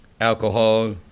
alcohol